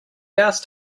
asked